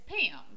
Pam